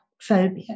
phobia